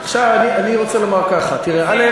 עכשיו, אני רוצה לומר ככה: תראה, א.